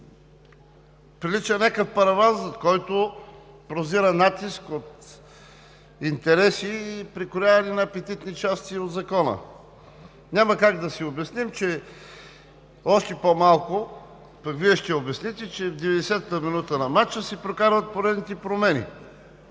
прилича на някакъв параван, зад който прозира натиск от интереси и прекрояване на апетитни части от закона. Няма как да си обясним, още по-малко Вие ще обясните, че в 90-ата минута на мача си прокарват поредните промени